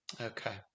Okay